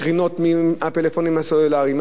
הקרינות מהפלאפונים הסלולריים,